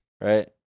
right